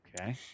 Okay